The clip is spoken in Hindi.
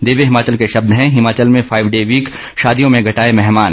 दिव्य हिमाचल के शब्द हैं हिमाचल में फाइव डे वीक शादियों में घटाए मेहमान